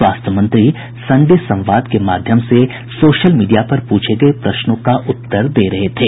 स्वास्थ्य मंत्री सन्डे संवाद के माध्यम से सोशल मीडिया पर पूछे गये प्रश्नों के उत्तर दे रहे थे